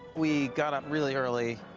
we got up really early,